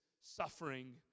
suffering